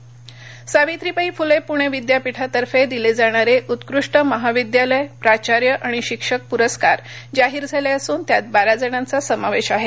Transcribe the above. पुरस्कार सावित्रीबाई फुले पुणे विद्यापीठातर्फे दिले जाणारे उत्कृष्ट महाविद्यालय प्राचार्य आणि शिक्षक पुरस्कार जाहीर झाले असून त्यात बारा जणांचा समावेश आहे